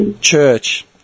church